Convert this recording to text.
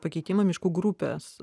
pakeitimą miškų grupės